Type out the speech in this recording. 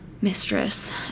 mistress